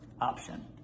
option